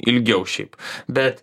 ilgiau šiaip bet